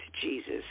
Jesus